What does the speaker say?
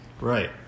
Right